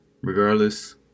Regardless